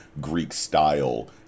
Greek-style